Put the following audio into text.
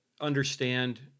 understand